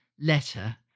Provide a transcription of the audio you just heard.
letter